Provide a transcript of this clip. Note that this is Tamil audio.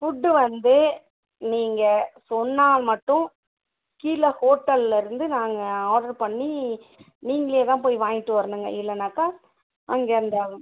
ஃபுட்டு வந்து நீங்கள் சொன்னால் மட்டும் கீழே ஹோட்டலில் இருந்து நாங்கள் ஆட்ரு பண்ணி நீங்களே தான் போய் வாய்ண்ட்டு வரணுங்க இல்லைன்னாக்கா அங்கே அந்த